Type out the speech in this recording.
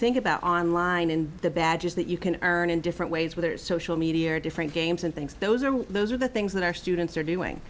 think about online and the badges that you can earn in different ways whether it's social media or different games and things those are those are the things that our students are doing